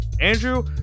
Andrew